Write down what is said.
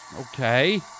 Okay